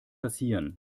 passieren